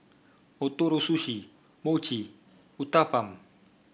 Ootoro Sushi Mochi Uthapam